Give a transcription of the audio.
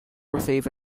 receive